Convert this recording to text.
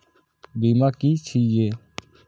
बीमा की छी ये?